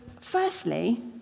firstly